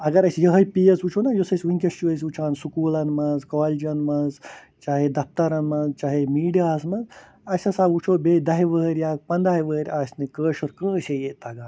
اگر أسۍ یہَے پیٖس وُچھو نا یُس اَسہِ وُنکٮ۪س چھِ أسۍ وُچھان سکوٗلَن مَنٛز کالجَن مَنٛز چاہے دفتَرَن مَنٛز چاہے میٖڈیاہَس مَنٛز اَسہِ ہَسا وُچھو بیٚیہِ دَہہِ ؤہرۍ یا پَنٛداہ ؤہرۍ آسہِ نہٕ کٲشُر کٲنٛسے ییٚتہِ تَگان